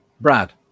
Brad